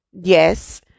yes